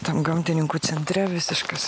tam gamtininkų centre visiškas